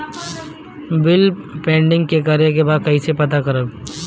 Bill pending के बारे में कईसे पता करब?